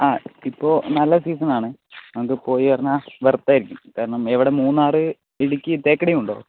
ആ ഇപ്പോൾ നല്ല സീസണാണ് നമുക്ക് പോയി പറഞ്ഞാൽ വെർത്തായിരിക്കും കാരണം ഇവിടെ മൂന്നാറ് ഇടുക്കി തേക്കടിയും ഉണ്ടോ